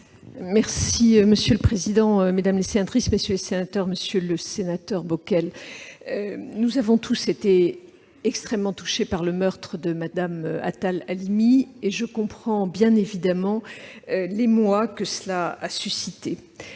sceaux. Monsieur le président, mesdames les sénatrices, messieurs les sénateurs, monsieur le sénateur Jean-Marie Bockel, nous avons tous été extrêmement touchés par le meurtre de Mme Attal-Halimi. Je comprends bien évidemment l'émoi que la décision